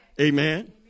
Amen